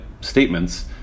statements